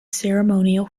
ceremonial